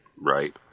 right